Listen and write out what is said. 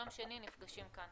הישיבה נעולה.